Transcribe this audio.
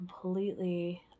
completely